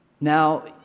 Now